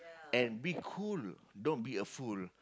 and be cool don't be a fool